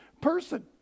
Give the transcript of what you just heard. person